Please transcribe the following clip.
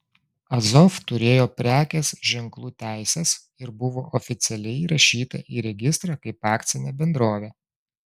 azov turėjo prekės ženklų teises ir buvo oficialiai įrašyta į registrą kaip akcinė bendrovė